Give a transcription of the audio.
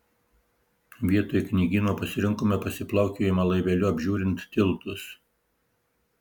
vietoj knygyno pasirinkome pasiplaukiojimą laiveliu apžiūrint tiltus